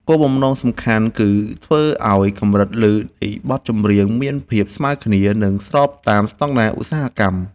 គោលបំណងសំខាន់គឺធ្វើឱ្យកម្រិតឮនៃបទចម្រៀងមានភាពស្មើគ្នា និង ស្របតាមស្ដង់ដារឧស្សាហកម្ម។